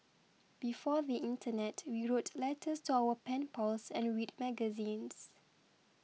before the internet we wrote letters to our pen pals and read magazines